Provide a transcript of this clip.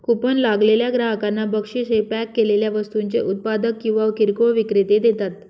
coupon लागलेल्या ग्राहकांना बक्षीस हे पॅक केलेल्या वस्तूंचे उत्पादक किंवा किरकोळ विक्रेते देतात